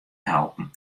helpen